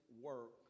work